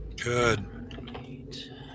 Good